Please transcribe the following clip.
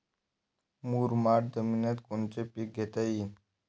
मुरमाड जमिनीत कोनचे पीकं घेता येईन?